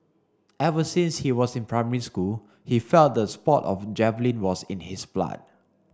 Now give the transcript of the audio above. ever since he was in primary school he felt the sport of javelin was in his blood